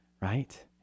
right